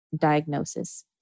diagnosis